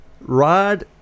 Ride